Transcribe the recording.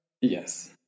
Yes